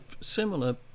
similar